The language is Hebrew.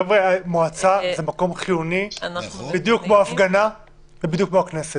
מועצה זה מקום חיוני בדיוק כמו הפגנה ובדיוק כמו הכנסת.